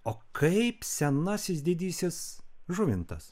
o kaip senasis didysis žuvintas